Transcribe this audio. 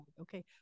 okay